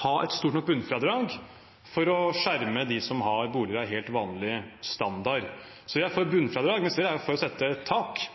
ha et stort nok bunnfradrag for å skjerme dem som har boliger av helt vanlig standard. Så vi er for et bunnfradrag, men Fremskrittspartiet er for å sette et tak.